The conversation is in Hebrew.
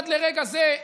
עד לרגע הזה,